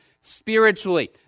spiritually